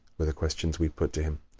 were the questions we put to him.